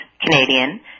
Canadian